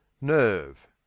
Nerve